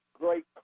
great